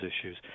issues